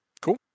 Cool